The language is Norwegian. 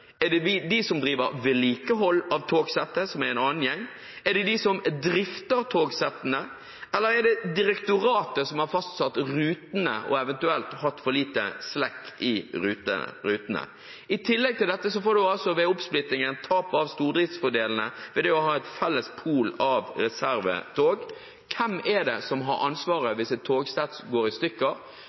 de som drifter togsettene, eller er det direktoratet som har fastsatt rutene og eventuelt hatt for lite slakk i rutene? I tillegg til dette får en ved oppsplittingen tap av stordriftsfordelene ved det å ha en felles pool av reservetog. Hvem er det som har ansvaret hvis et togsett går i stykker?